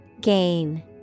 Gain